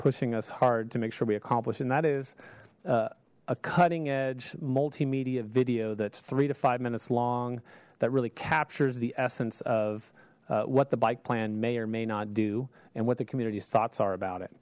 pushing us hard to make sure we accomplished and that is a cutting edge multimedia video that's three to five minutes long that really captures the essence of what the bike plan may or may not do and what the community's thoughts are about